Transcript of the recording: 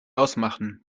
ausmachen